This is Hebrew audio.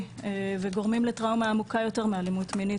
וגורמים לטראומה עמוקה יותר מאלימות מינית.